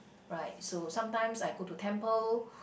right so sometimes I go to temple